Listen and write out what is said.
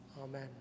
Amen